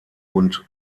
und